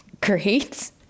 great